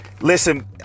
Listen